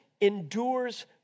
endures